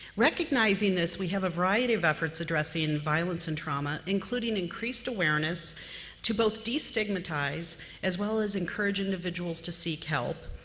recognizing this, we have a variety of efforts addressing violence and trauma, including increased awareness to both destigmatize as well as encourage individuals to seek help.